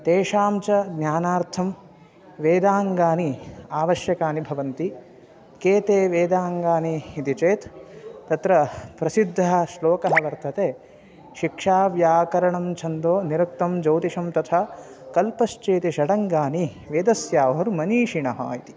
तेषां च ज्ञानार्थं वेदाङ्गानि आवश्यकानि भवन्ति कानि तानि वेदाङ्गानि इति चेत् तत्र प्रसिद्धः श्लोकः वर्तते शिक्षा व्याकरणं छन्दो निरुक्तं ज्योतिषं तथा कल्पश्चेति षडङ्गानि वेदस्याहुर्मनीषिणः इति